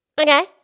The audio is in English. Okay